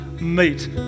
meet